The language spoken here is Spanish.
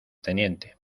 teniente